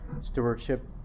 Stewardship